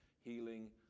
healing